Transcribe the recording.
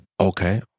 Okay